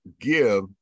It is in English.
give